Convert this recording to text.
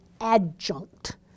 adjunct